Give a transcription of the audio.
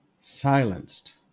Silenced